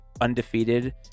undefeated